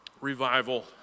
revival